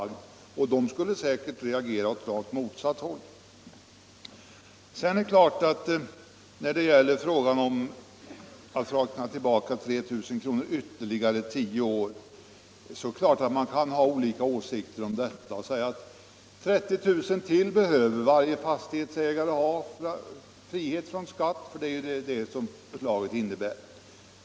De skulle Beskattningen av säkerligen reagera på rakt motsatt sätt. ; realisationsvinster, När det sedan gäller frågan om att räkna upp det fasta tillägget med = m.m. 3 000 kr. under ytterligare nio år kan man självfallet ha olika åsikter. Man kan säga att varje fastighetsägare behöver skattefrihet för ytterligare 30 000 kr., vilket är vad detta förslag innebär.